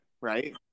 right